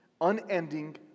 unending